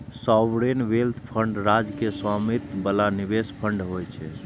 sovereign wealth fund राज्य के स्वामित्व बला निवेश फंड होइ छै